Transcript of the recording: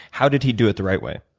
how did he do it the right way?